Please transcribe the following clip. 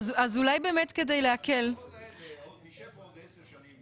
אולי באמת כדי להקל --- אז נשב בעוד עשר שנים,